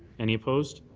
any opposed